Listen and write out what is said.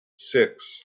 six